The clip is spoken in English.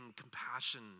compassion